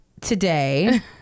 today